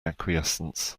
acquiescence